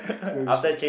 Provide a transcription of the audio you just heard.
so we should